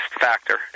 factor